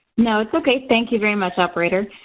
no, it's okay, thank you very much, operator.